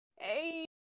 Hey